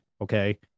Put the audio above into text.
Okay